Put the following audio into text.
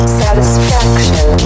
satisfaction